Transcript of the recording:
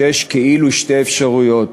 שיש כאילו שתי אפשרויות,